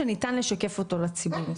שניתן לשקף אותו לציבור,